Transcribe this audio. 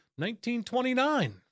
1929